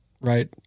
right